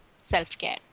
self-care